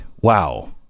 wow